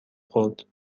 خورد